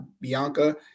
Bianca